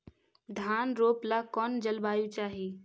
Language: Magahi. धान रोप ला कौन जलवायु चाही?